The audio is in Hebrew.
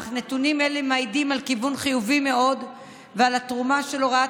אך נתונים אלה מעידים על כיוון חיובי מאוד ועל התרומה של הוראת